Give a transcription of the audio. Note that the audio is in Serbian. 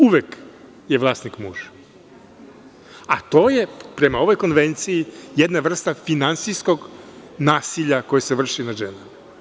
Uvek je vlasnik muž, a to je, prema ovoj konvenciji, jedna vrsta finansijskog nasilja koje se vrši nad ženama.